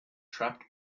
trapped